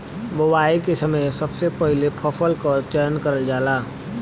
बोवाई के समय सबसे पहिले फसल क चयन करल जाला